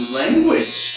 language